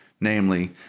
namely